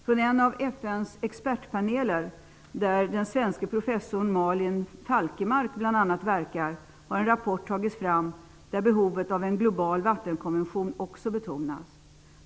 Från en av FN:s expertpaneler, där den svenska professorn Malin Falkemark verkar, har en rapport tagits fram där behovet av en global vattenkonvention också betonas.